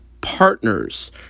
partners